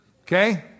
Okay